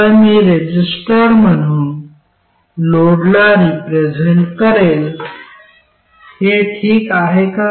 आत्ता मी रेझिस्टर म्हणून लोडला रिप्रेझेन्ट करेन हे ठीक आहे का